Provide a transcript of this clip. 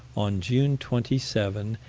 on june twenty seven,